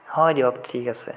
হয় দিয়ক ঠিক আছে